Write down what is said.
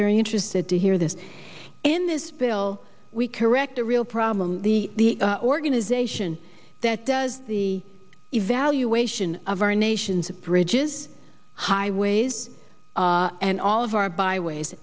very interested to hear this in this bill we correct a real problem the organization that does the evaluation of our nation's bridges highways and all of our byways